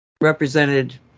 Represented